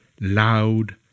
loud